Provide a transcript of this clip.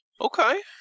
Okay